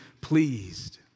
pleased